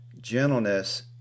gentleness